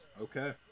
Okay